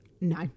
No